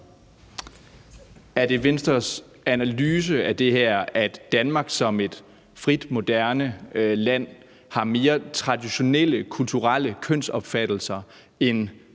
Er det Venstres analyse af det her, at Danmark som et frit og moderne land har mere traditionelle kulturelle kønsopfattelser end